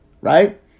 right